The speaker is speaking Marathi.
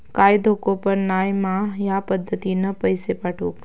काय धोको पन नाय मा ह्या पद्धतीनं पैसे पाठउक?